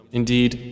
indeed